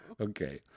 okay